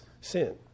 sin